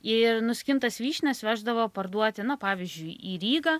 ir nuskintas vyšnias veždavo parduoti na pavyzdžiui į rygą